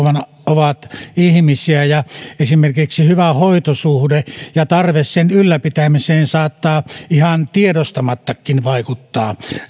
ovat ihmisiä ja esimerkiksi hyvä hoitosuhde ja tarve sen ylläpitämiseen saattavat ihan tiedostamattakin vaikuttaa